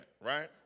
right